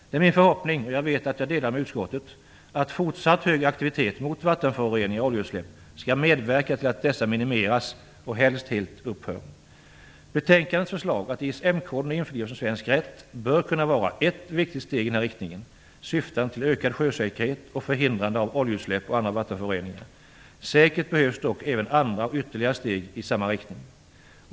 Det är min förhoppning, och jag vet att jag delar den med utskottet, att fortsatt hög aktivitet mot vattenföroreningar och oljeutsläpp skall medverka till att dessa minimeras och helst helt upphör. Betänkandets förslag att ISM-koden införlivas med svensk rätt bör kunna vara ett viktigt steg i denna riktning, syftande till ökad sjösäkerhet och förhindrande av oljeutsläpp och andra vattenföroreningar. Säkert behövs dock även andra och ytterligare steg i samma riktning.